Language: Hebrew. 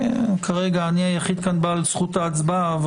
כרגע אני היחיד כאן בעל זכות ההצבעה,